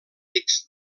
rics